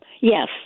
Yes